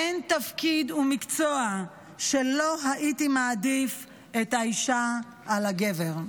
"אין תפקיד ומקצוע שלא הייתי מעדיף את האישה על הגבר".